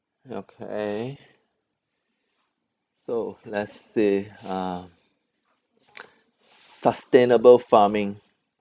okay so let's say uh sustainable farming